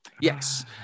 Yes